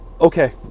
okay